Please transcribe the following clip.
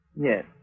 Yes